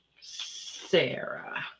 Sarah